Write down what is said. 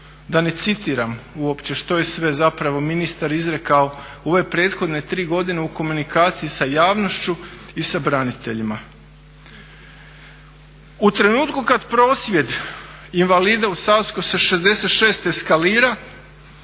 da ne citiram uopće što je sve zapravo ministar izrekao u ove prethodne tri godine u komunikaciji sa javnošću i sa braniteljima. U trenutku kad prosvjed invalida u Savskoj 66 eskalira